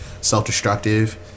self-destructive